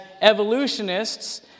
evolutionists